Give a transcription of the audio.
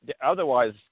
otherwise